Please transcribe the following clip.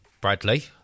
Bradley